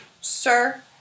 Sir